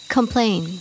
Complain